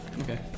Okay